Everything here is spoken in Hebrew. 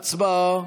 הצבעה.